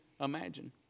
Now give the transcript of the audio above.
imagine